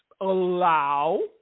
allow